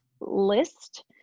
list